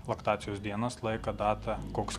laktacijos dienas laiką datą koks